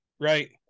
right